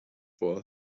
for